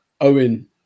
Owen